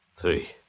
Three